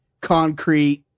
concrete